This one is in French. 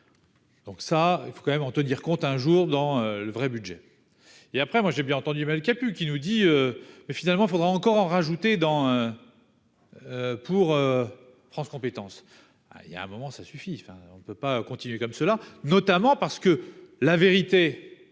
Donc, ça, il faut quand même en te dire compte un jour dans le vrai budget et après moi j'ai bien entendu pu qui nous dit : mais finalement, il faudra encore en rajouter dans pour France compétences hein, il y a un moment, ça suffit, enfin on ne peut pas continuer comme cela, notamment parce que la vérité,